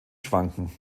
schwanken